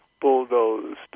bulldozed